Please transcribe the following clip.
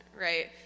right